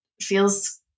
feels